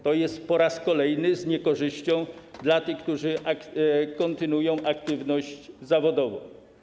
To odbędzie się po raz kolejny z niekorzyścią dla tych, którzy kontynuują aktywność zawodową.